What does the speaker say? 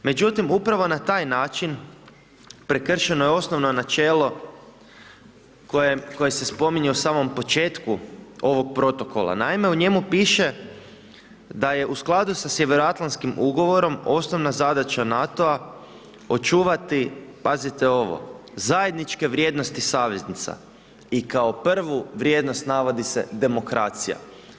Međutim, upravo na taj način prekršeno je osnovno načelo koje se spominje u samom početku ovog protokola, naime, u njemu piše da je u skladu sa sjevernoatlantskim ugovorom osnovna zadaća NATO-a očuvati, pazite ovo, zajedničke vrijednosti saveznica i kao prvu vrijednost navodi se demokracija.